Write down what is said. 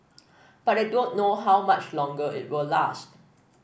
but I don't know how much longer it will last